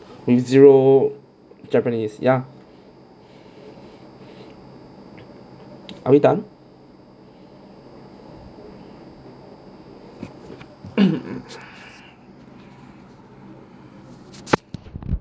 with zero japanese yeah are you done